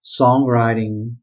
songwriting